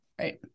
Right